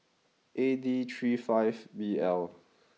A D three five B L